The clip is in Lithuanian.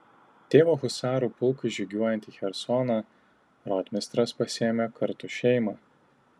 tėvo husarų pulkui žygiuojant į chersoną rotmistras pasiėmė kartu šeimą